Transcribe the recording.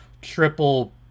triple